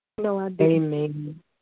Amen